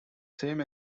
same